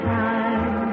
time